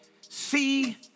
see